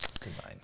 Design